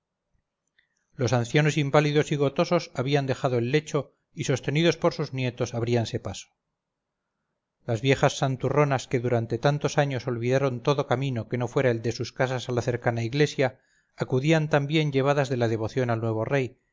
los ancianos inválidos y gotosos habían dejado el lecho y sostenidos por sus nietos abríanse paso las viejas santurronas que durante tantos años olvidaran todo camino que no fuera el de sus casas a la cercana iglesia acudían también llevadas de la devoción al nuevo rey